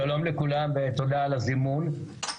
שלום לכולם ותודה על הזימון.